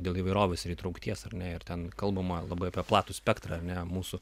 dėl įvairovės ir įtraukties ar ne ir ten kalbama labai apie platų spektrą ne mūsų